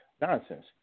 Nonsense